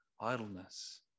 idleness